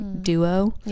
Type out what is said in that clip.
duo